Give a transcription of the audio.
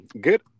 good